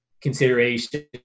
Consideration